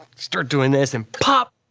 start doing this and pop!